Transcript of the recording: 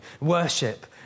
worship